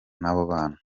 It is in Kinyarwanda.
bana